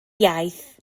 iaith